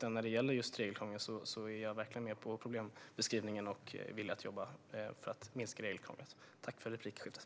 Men när det gäller regelkrånglet instämmer jag verkligen i problembeskrivningen, och jag är villig att jobba för att minska regelkrånglet.